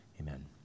Amen